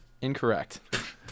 Incorrect